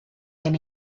gen